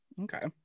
Okay